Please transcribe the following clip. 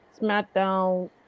SmackDown